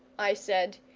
i said,